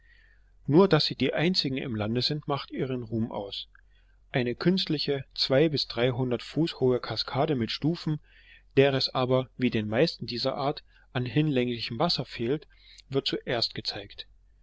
nur daß sie die einzigen im lande sind macht ihren ruhm aus eine künstliche zwei bis dreihundert fuß hohe kaskade mit stufen der es aber wie den meisten dieser art an hinlänglichem wasser fehlt wird zuerst gezeigt